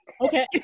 okay